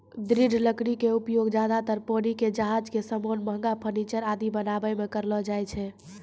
दृढ़ लकड़ी के उपयोग ज्यादातर पानी के जहाज के सामान, महंगा फर्नीचर आदि बनाय मॅ करलो जाय छै